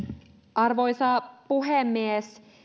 arvoisa puhemies